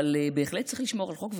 אבל בהחלט צריך לשמור על חוק,